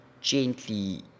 gently